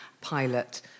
pilot